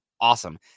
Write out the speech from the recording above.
awesome